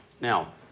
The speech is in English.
Now